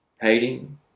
hating